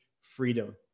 freedom